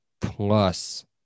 plus